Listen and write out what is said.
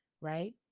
right